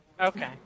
Okay